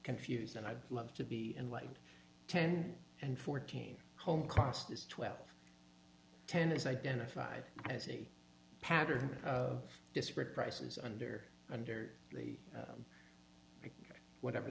confused and i'd love to be enlightened ten and fourteen home costs twelve ten is identified as a pattern of disparate prices under under the whatever